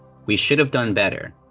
we should have done better.